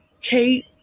Kate